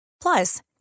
Plus